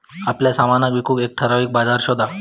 आपल्या सामनाक विकूक एक ठराविक बाजार शोध